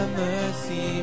mercy